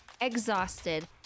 exhausted